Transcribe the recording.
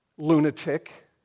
lunatic